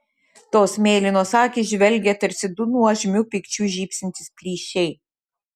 tos mėlynos akys žvelgė tarsi du nuožmiu pykčiu žybsintys plyšiai